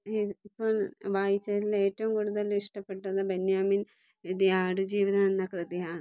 വായിച്ചതിൽ ഏറ്റവും കൂടുതൽ ഇഷ്ടപ്പെട്ടത് ബെന്യാമിൻ എഴുതിയ ആട് ജീവിതം എന്ന കൃതിയാണ്